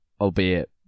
Albeit